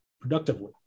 productively